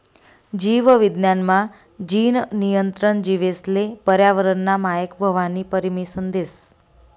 जीव विज्ञान मा, जीन नियंत्रण जीवेसले पर्यावरनना मायक व्हवानी परमिसन देस